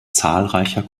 zahlreicher